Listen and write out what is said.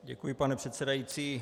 Děkuji, pane předsedající.